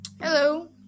Hello